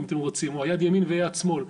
אם אתם רוצים או "יד ימין ויד שמאל".